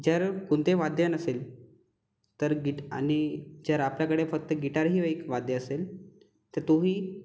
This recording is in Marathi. जर कोणते वाद्य नसेल तर गिट आणि जर आपल्याकडे फक्त गिटारही एक वाद्य असेल तर तोही